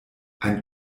ein